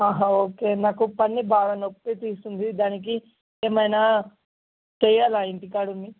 okay నాకు పన్ను బాగా నొప్పి తీస్తుంది దానికి ఏమైనా చేయాల ఇంటికాడ ఉండి